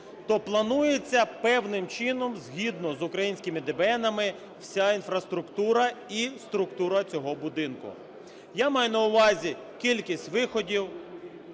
то планується певним чином, згідно з українськими ДБНами, вся інфраструктура і структура цього будинку. Я маю на увазі кількість виходів,